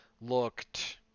looked